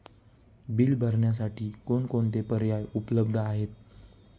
Bill भरण्यासाठी कोणकोणते पर्याय उपलब्ध आहेत?